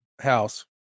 house